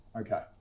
Okay